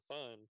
fun